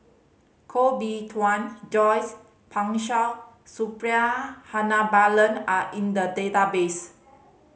Koh Bee Tuan Joyce Pan Shou Suppiah Dhanabalan are in the database